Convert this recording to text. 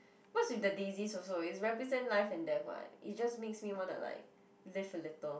what's with the daisies also is represent life and death [what] it just makes me wanna like to live a little